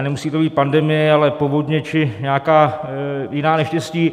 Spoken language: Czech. Nemusí to být pandemie, ale povodně či nějaká jiná neštěstí.